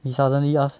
he suddenly ask